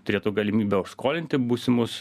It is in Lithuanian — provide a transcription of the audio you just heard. turėtų galimybę užskolinti būsimus